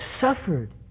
suffered